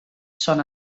són